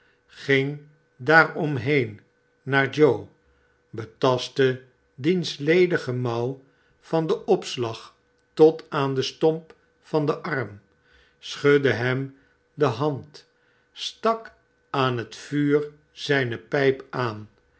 ging daar omheen naar joe betastte diens ledige mouw van den opslag tot aan den stomp van den arm schudde hem de hand stak aan het vuur zijne pijp aan